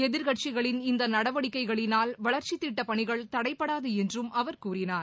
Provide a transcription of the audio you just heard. எதிர்க்கட்சிகளின் இந்த நடவடிக்கைகளினால் வளர்ச்சித் திட்டப் பணிகள் தடைபடாது என்றும் அவர் கூறினார்